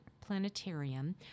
Planetarium